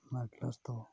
ᱚᱱᱟ ᱠᱞᱟᱥ ᱫᱚ